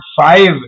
five